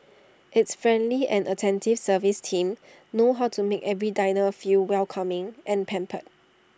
its friendly and attentive service team know how to make every diner feel welcoming and pampered